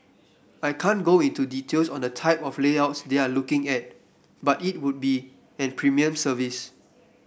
I can't go into details on the type of layouts they're looking at but it would be an premium service